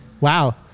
wow